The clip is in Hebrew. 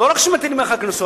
לא רק שמטילים עליך קנסות,